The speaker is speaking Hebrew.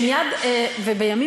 בבקשה.